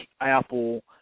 apple